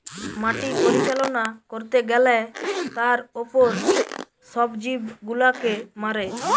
মাটি পরিচালনা করতে গ্যালে তার উপর সব জীব গুলাকে মারে